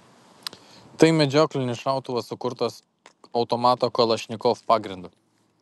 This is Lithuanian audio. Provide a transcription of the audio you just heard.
tai medžioklinis šautuvas sukurtas automato kalašnikov pagrindu